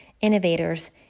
innovators